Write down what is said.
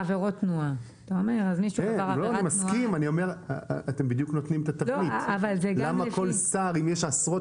אני אומר למה כל שר אם יש עשרות